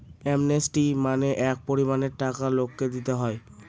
amnesty মানে এক পরিমানের টাকা লোককে দিতে হয়